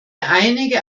einige